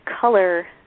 color